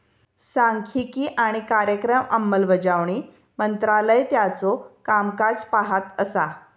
सांख्यिकी आणि कार्यक्रम अंमलबजावणी मंत्रालय त्याचो कामकाज पाहत असा